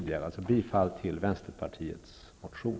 Jag yrkar alltså bifall till Vänsterpartiets motion.